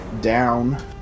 down